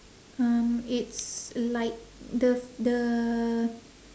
um it's like the the